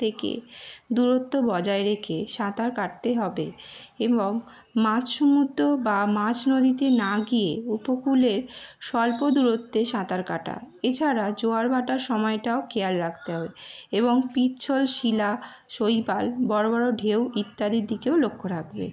থেকে দূরত্ব বজায় রেখে সাঁতার কাটতে হবে এবং মাঝ সমুদ্র বা মাঝ নদীতে না গিয়ে উপকূলের স্বল্প দূরত্বে সাঁতার কাটা এছাড়া জোয়ার ভাঁটার সময়টাও খেয়াল রাখকতে হবে এবং পিচ্ছল শিলা শৈবাল বড় বড় ঢেউ ইত্যাদির দিকেও লক্ষ্য রাখবে